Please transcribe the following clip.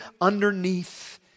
underneath